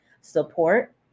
support